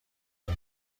این